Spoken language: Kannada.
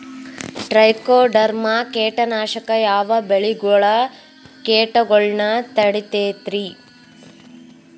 ಟ್ರೈಕೊಡರ್ಮ ಕೇಟನಾಶಕ ಯಾವ ಬೆಳಿಗೊಳ ಕೇಟಗೊಳ್ನ ತಡಿತೇತಿರಿ?